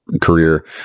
career